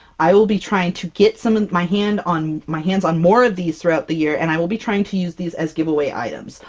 i will be trying to get some in my hand on my hands on more of these throughout the year and i will be trying to use these as giveaway items!